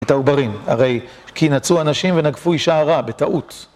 את העוברים, הרי כי נצאו אנשים ונגפו אישה רע, בטעות.